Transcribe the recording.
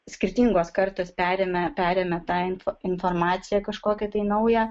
skirtingos kartos perėmę perėmė tą info informaciją kažkokią tai naują